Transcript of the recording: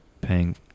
paying